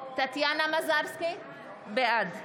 טטיאנה מזרסקי, בעד